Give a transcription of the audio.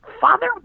Father